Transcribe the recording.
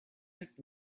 kept